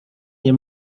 nie